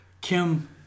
Kim